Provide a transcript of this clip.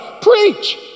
preach